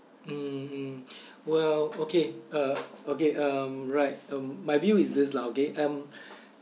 mmhmm well okay uh okay um right um my view is this lah okay um